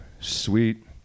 sweet